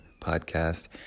Podcast